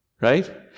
right